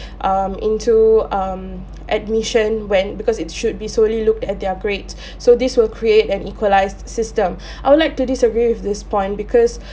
um into um admission when because it's should be solely looked at their grades so this will create an equalised system I would like to disagree with this point because